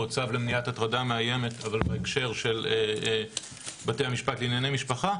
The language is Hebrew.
או צו למניעת הטרדה מאיימת אבל בהקשר של בתי המשפט לענייני משפחה.